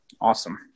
Awesome